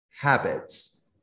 habits